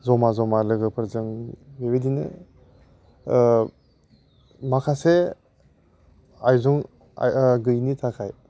जमा जमा लोगोफोरजों बेबायदिनो माखासे आइजें गैयिनि थाखाय